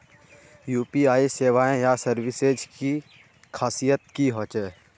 UPI सेवाएँ या services की खासियत की होचे?